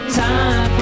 time